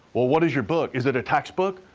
well, what is your book? is it a textbook?